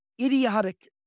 idiotic